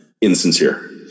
insincere